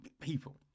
people